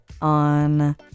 on